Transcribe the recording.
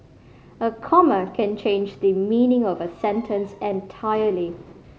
a comma can change the meaning of a sentence entirely